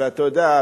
ואתה יודע,